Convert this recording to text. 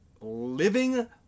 living